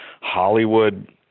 Hollywood